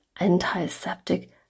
antiseptic